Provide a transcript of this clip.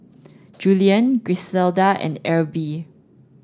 Julien Griselda and Erby